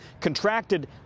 contracted